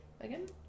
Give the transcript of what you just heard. again